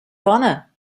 honor